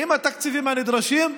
עם התקציבים הנדרשים,